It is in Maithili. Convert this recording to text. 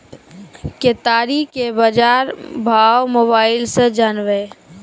केताड़ी के बाजार भाव मोबाइल से जानवे?